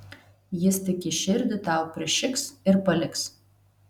jis tik į širdį tau prišiks ir paliks